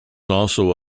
also